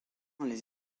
les